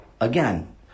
Again